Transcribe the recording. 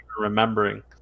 remembering